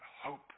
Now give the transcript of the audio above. hope